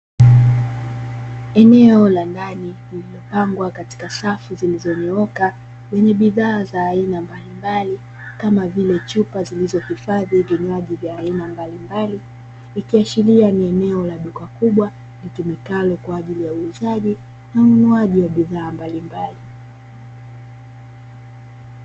Eneo la ndani lililopangwa katika safu zilizonyooka zenye bidhaa za aina mbalimbali kama vile chupa zilizohifadhi vinywaji vya aina mbalimbali. Ikiashiria ni eneo la duka kubwa litumikalo kwa ajili ya uuzaji na ununuaji wa bidhaa mbalimbali.